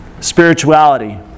spirituality